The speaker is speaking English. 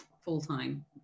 full-time